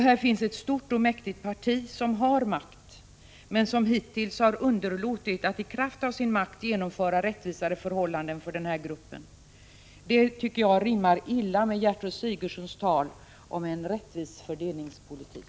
Här finns ett stort parti, som har makt, men som hittills har underlåtit att i kraft av sin makt genomföra rättvisare förhållanden för den här gruppen. Jag tycker att det rimmar illa med Gertrud Sigurdsens tal om en rättvis fördelningspolitik.